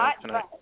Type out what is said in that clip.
tonight